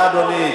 בבקשה, אדוני.